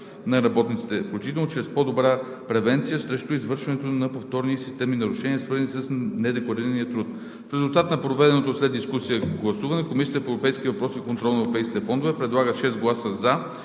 на работниците, включително чрез по-добра превенция срещу извършването на повторни и системни нарушения, свързани с недекларирания труд. В резултат на проведеното след дискусията гласуване Комисията по европейските въпроси и контрол на европейските фондове предлага с 6 гласа „за“